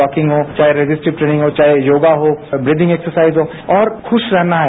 walking हो चाहे resisting training हो चाहे योगा हो ब्रिदिंग एक्सरसाइज हो और खुश रहना है